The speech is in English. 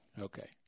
Okay